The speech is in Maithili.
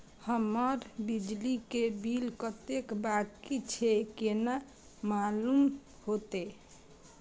हमर बिजली के बिल कतेक बाकी छे केना मालूम होते?